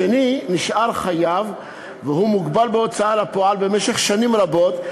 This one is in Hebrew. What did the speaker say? השני נשאר חייב והוא מוגבל בהוצאה לפועל במשך שנים רבות,